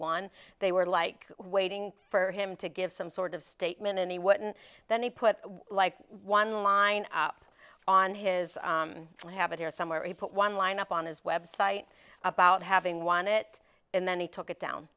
won they were like waiting for him to give some sort of statement and he wouldn't then he put like one line up on his i have it here somewhere he put one line up on his website about having won it and then he took it down